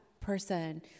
person